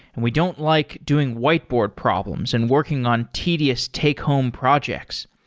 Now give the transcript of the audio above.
and we don't like doing whiteboard problems and working on tedious take home projects.